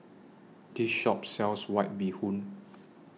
This Shop sells White Bee Hoon